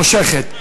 מושכת.